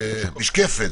משקפת.